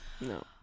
No